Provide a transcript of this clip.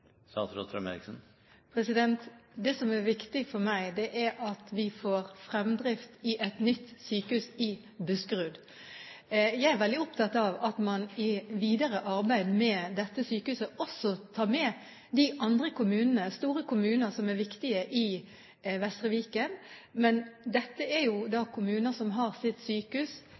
Det som er viktig for meg, er at vi får fremdrift i et nytt sykehus i Buskerud. Jeg er veldig opptatt av at man i videre arbeid med dette sykehuset også tar med de andre kommunene, store kommuner som er viktige i Vestre Viken, men dette er jo kommuner som har sitt sykehus